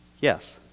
Yes